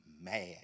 mad